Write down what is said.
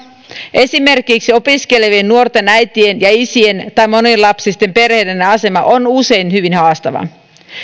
esimerkiksi opiskelevien nuorten äitien ja isien tai monilapsisten perheiden asema on usein hyvin haastava